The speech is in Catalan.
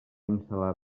instal·lar